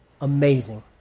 amazing